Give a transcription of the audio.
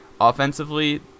offensively